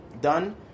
Done